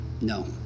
No